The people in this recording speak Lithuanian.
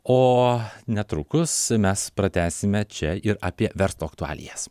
o netrukus mes pratęsime čia ir apie verslo aktualijas